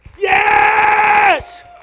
Yes